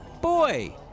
Boy